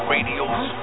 Radio's